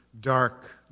dark